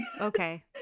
Okay